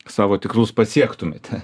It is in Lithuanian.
savo tikslus pasiektumėte